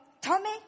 Tommy